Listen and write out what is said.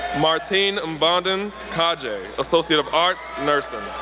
martine mboumdon kadje, associate of arts, nursing.